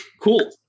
Cool